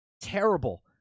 terrible